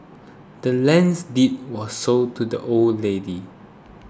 the land's deed was sold to the old lady